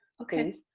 okay.